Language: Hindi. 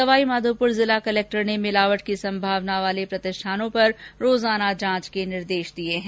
सवाईमाधोपुर जिला कलक्टर ने मिलावट की संभावना वाले प्रतिष्ठानों पर रोजाना जांच करने के निर्देश दिये है